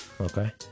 Okay